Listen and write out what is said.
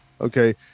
Okay